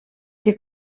que